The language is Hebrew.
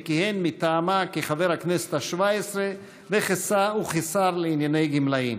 וכיהן מטעמה כחבר הכנסת השבע-עשרה וכשר לענייני גמלאים.